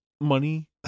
money